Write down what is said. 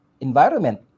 Environment